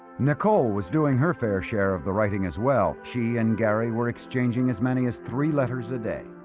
nicole was doing her fair share of the writing as well she and gary were exchanging as many as three letters a day